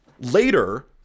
Later